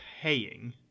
paying